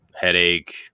headache